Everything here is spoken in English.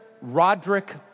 Roderick